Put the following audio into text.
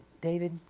David